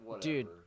dude